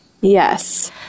Yes